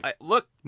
look